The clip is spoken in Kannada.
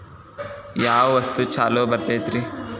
ಯಾವ ವಸ್ತು ಛಲೋ ಬರ್ತೇತಿ?